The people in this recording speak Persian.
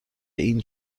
این